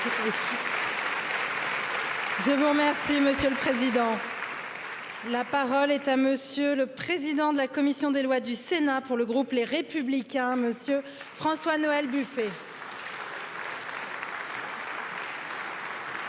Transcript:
je vous remercie monsieur le président la parole est à monsieur le président de la commission des lois du sénat pour le groupe les républicains françois noël buffett